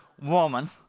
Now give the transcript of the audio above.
woman